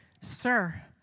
Sir